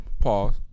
Pause